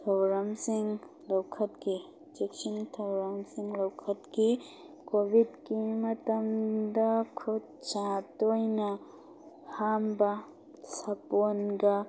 ꯊꯧꯔꯝꯁꯤꯡ ꯂꯧꯈꯠꯈꯤ ꯆꯦꯛꯁꯤꯟ ꯊꯧꯔꯥꯡꯁꯤꯡ ꯂꯧꯈꯠꯈꯤ ꯀꯣꯕꯤꯠꯀꯤ ꯃꯇꯝꯗ ꯈꯨꯠꯁꯥ ꯇꯣꯏꯅ ꯍꯥꯝꯕ ꯁꯥꯄꯣꯟꯒ